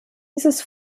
dieses